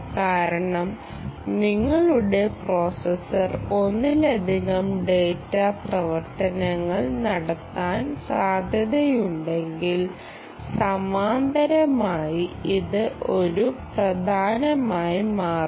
കാരണം നിങ്ങളുടെ പ്രോസസ്സർ ഒന്നിലധികം ഡാറ്റ പ്രവർത്തനങ്ങൾ നടത്താൻ സാധ്യതയുണ്ടെങ്കിൽ സമാന്തരമായി ഇത് ഒരു പ്രധാനമായി മാറുന്നു